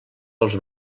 els